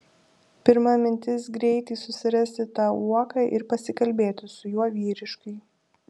pirma mintis greitai susirasti tą uoką ir pasikalbėti su juo vyriškai